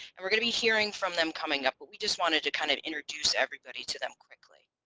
and we're going to be hearing from them coming up but we just wanted to kind of introduce everybody to them quickly.